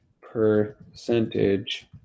percentage